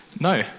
No